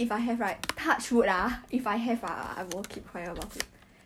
I don't like old drama okay but like